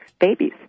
babies